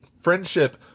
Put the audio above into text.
Friendship